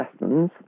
lessons